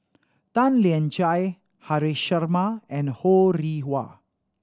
Tan Lian Chye Haresh Sharma and Ho Rih Hwa